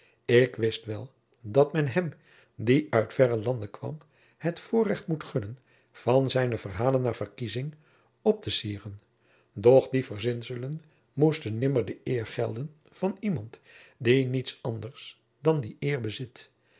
ik wist wel dat men hem die uit verre landen kwam het voorrecht moest gunnen van zijne verhalen naar verkiezing optecieren doch die verzinselen moesten nimmer de eer gelden van iemand die niets anders dan die eer bezit